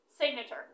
signature